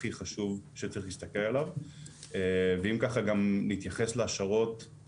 ואם ככה גם נתייחס לירידה שעלו מהמחקר שלנו,